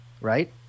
right